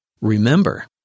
Remember